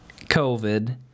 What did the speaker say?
COVID